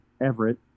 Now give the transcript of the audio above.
Everett